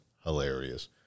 hilarious